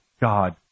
God